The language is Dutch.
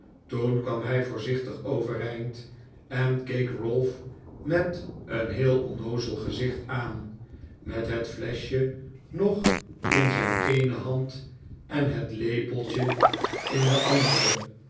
toen kwam hij yoorzichtig overeind en keek ralph met een heel onnoozel gezicht aan met het fleschje nog in zijn eene hand en het lepeltje in de andere